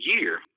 year